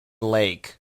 lake